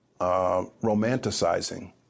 romanticizing